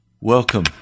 Welcome